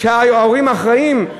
שההורים אחראים?